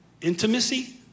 intimacy